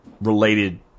related